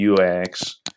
UX